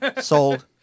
Sold